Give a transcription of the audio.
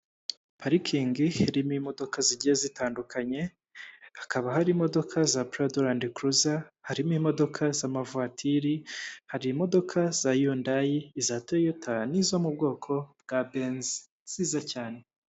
Parikingi iirimo imodoka zigiye zitandukanye, hakaba hari imodoka za parado randikiruza, harimo imodoka z'amavatiri, hari imodoka za yundayi, iza toyota n'izo mu bwoko bwa benzi nziza cyane.